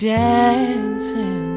dancing